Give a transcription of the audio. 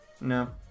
No